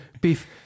beef